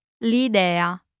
l'idea